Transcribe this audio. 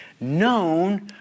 known